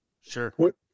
Sure